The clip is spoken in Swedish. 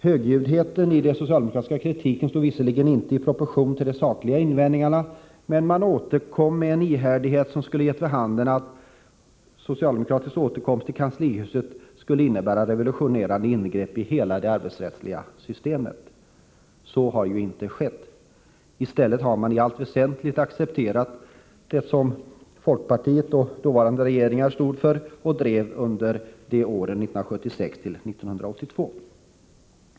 Högljuddheten i den socialdemokratiska kritiken stod visserligen inte i proportion till de sakliga invändningarna, men socialdemokraterna återkom med en ihärdighet som gav vid handen att deras återkomst till kanslihuset skulle innebära revolutionerande ingrepp i hela det arbetsrättsliga systemet. Så har inte skett. I stället har socialdemokraterna i allt väsentligt accepterat den linje som folkpartiet och dåvarande regeringar stod för och drev under åren 1976-1982.